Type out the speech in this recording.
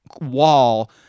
wall